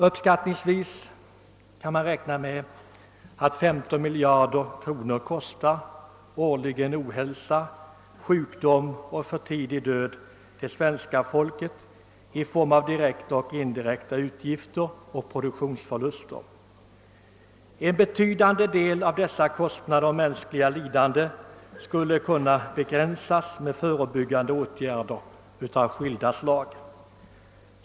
Uppskattningsvis kostar ohälsa, sjukdom och för tidig död det svenska folket 15 miljarder kronor årligen i form av direkta och indirekta utgifter och produktionsförluster. En betydande del av dessa kostnader — och mänskliga lidanden '—' skulle: kunna begränsas med förebyggande åtgärder av skilda slag.